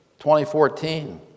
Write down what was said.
2014